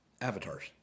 avatars